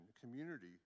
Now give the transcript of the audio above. community